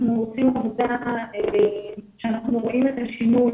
אנחנו עושים עבודה שאנחנו רואים את השינוי